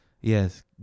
Yes